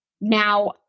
Now